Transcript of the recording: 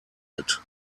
alt